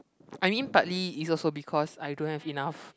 I mean partly is also because I don't have enough